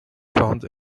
found